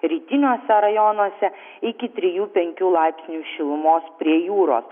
rytiniuose rajonuose iki trijų penkių laipsnių šilumos prie jūros